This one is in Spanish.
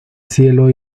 cielo